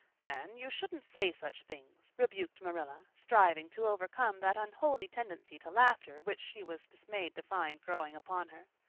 anne, you shouldn't say such things rebuked marilla, striving to overcome that unholy tendency to laughter which she was dismayed to find growing upon her.